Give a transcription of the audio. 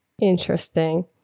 Interesting